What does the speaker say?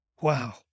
Wow